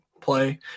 play